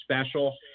special